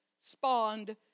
spawned